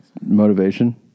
motivation